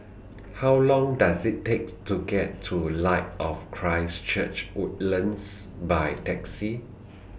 How Long Does IT takes to get to Light of Christ Church Woodlands By Taxi